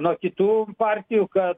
nuo kitų partijų kad